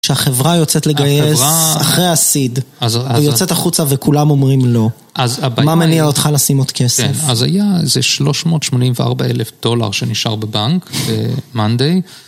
כשהחברה יוצאת לגייס אחרי הסיד, היא יוצאת החוצה וכולם אומרים לא, מה מניע אותך לשים עוד כסף? כן, אז היה איזה 384 אלף דולר שנשאר בבנק ב"מנדי"